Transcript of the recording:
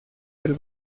del